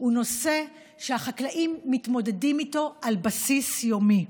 הוא נושא שהחקלאים מתמודדים איתו על בסיס יום-יומי.